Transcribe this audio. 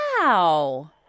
Wow